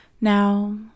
Now